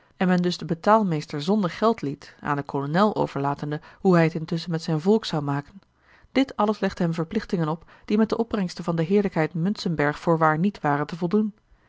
en men dus den betaalmeester zonder geld liet aan den kolonel overlatende hoe hij het intusschen met zijn volk zou maken dit alles legde hem verplichtingen op die met de opbrengsten van de heerlijkheid muntzenberg voorwaar niet waren te voldoen